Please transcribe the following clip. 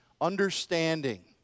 understanding